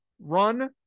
run